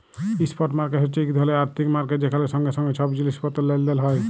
spot market হছে ইক ধরলের আথ্থিক মার্কেট যেখালে সঙ্গে সঙ্গে ছব জিলিস পত্তর লেলদেল হ্যয়